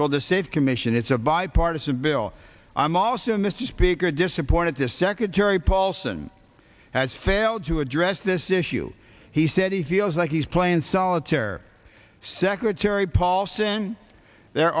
called the save commission it's a bipartisan bill i'm also mr speaker disappointed to secretary paulson has failed to address this issue he said he feels like he's playing solitaire secretary paulson there